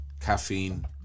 Caffeine